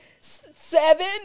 Seven